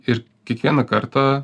ir kiekvieną kartą